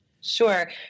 Sure